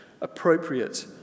appropriate